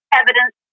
evidence